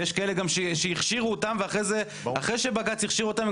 ויש כאלה שהכשירו אותם ואחרי שבג"ץ הכשיר אותם,